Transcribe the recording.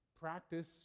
practice